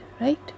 right